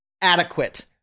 adequate